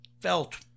felt